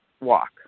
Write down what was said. walk